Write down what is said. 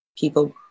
people